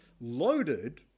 loaded